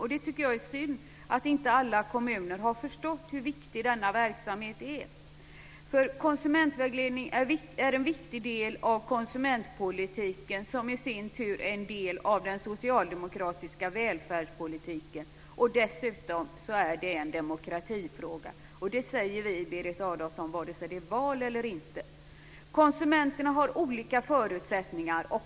Jag tycker att det är synd att inte alla kommuner har förstått hur viktig denna verksamhet är. Konsumentvägledning är en viktig del av konsumentpolitiken, som i sin tur är en del av den socialdemokratiska välfärdspolitiken. Det är dessutom en demokratifråga. Det säger vi oavsett om det är val eller inte, Berit Adolfsson. Konsumenterna har olika förutsättningar.